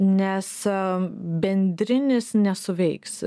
nes bendrinis nesuveiks